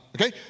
Okay